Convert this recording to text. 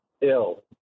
ill